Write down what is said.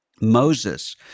Moses